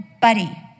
buddy